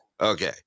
Okay